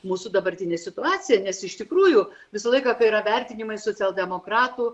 mūsų dabartinė situacija nes iš tikrųjų visą laiką kai yra vertinimai socialdemokratų